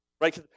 right